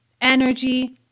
energy